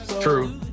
True